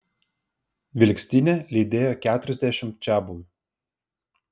vilkstinę lydėjo keturiasdešimt čiabuvių